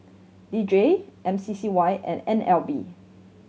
D J M C C Y and N L B